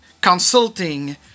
consulting